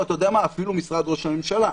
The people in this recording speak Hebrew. או אפילו משרד ראש הממשלה.